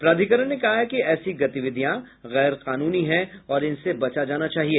प्राधिकरण ने कहा है कि ऐसी गतिविधियां गैर कानूनी हैं और इनसे बचा जाना चाहिए